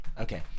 Okay